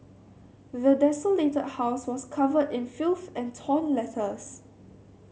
the desolated house was covered in filth and torn letters